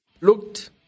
looked